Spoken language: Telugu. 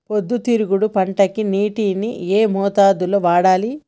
పొద్దుతిరుగుడు పంటకి నీటిని ఏ మోతాదు లో వాడాలి?